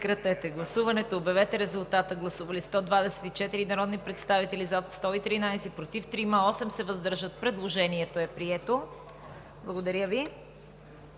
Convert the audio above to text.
Благодаря Ви.